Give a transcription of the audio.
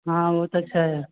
हँ ओ तऽ छै